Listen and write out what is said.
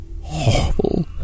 horrible